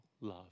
love